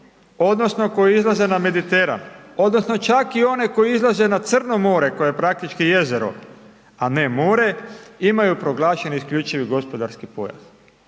odnosno koje izlaze na Mediteran, odnosno čak i one koje izlaze na Crno more koje je praktički jezero a ne more imaju proglašeni isključivi gospodarski pojas.